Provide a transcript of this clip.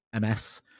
MS